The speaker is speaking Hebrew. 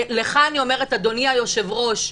ולך אני אומרת, אדוני היושב-ראש,